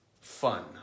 fun